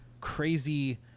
crazy